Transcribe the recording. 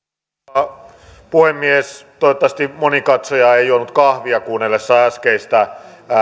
rouva puhemies toivottavasti moni katsoja ei juonut kahvia kuunnellessaan äskeistä